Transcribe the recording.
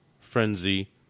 frenzy